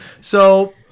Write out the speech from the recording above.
So-